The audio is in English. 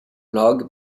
log